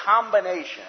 combination